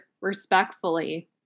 respectfully